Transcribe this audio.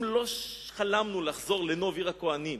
אם לא חלמנו לחזור לנוב, עיר הכוהנים,